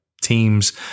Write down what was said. teams